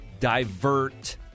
divert